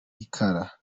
ikara